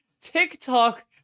TikTok